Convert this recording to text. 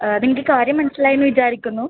നിങ്ങൾക്ക് കാര്യം മനസ്സിലായി എന്ന് വിചാരിക്കുന്നു